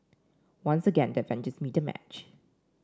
once again the avengers meet their match